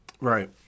Right